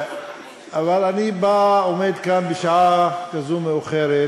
אבל אני עומד כאן בשעה כזאת מאוחרת